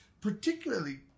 particularly